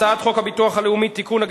הצעת חוק הביטוח הלאומי (תיקון,